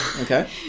Okay